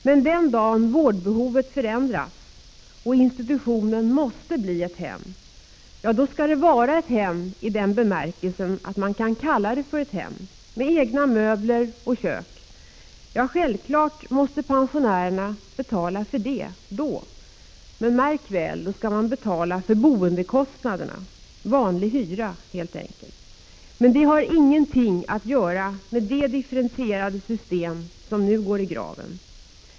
Men den dagen vårdbehovet förändras och institutionen måste bli ett hem, då skall den vara ett hem i den bemärkelsen att man kan kalla den ett hem, med egna möbler och kök. Självklart måste pensionärerna betala för det. Men, märk väl, då skall de betala för boendekostnaderna, vanlig hyra helt enkelt. Det har ingenting att göra med det differentierade system som nu går i graven.